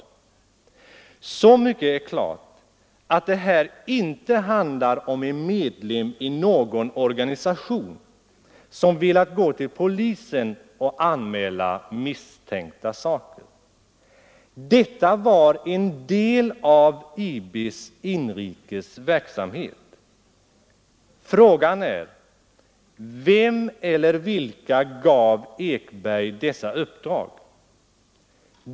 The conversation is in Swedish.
Så mycket är klart att det här icke handlar om en medlem i någon organisation som velat gå till polisen och anmäla misstänkta saker. Detta var en del av IB:s inrikes verksamhet. Men frågan är: Vem eller vilka gav Ekberg dessa uppdrag?